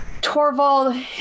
Torvald